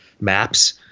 maps